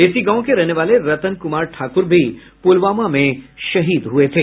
इसी गांव के रहने वाले रतन कुमार ठाकुर भी पुलवामा में शहीद हुए थे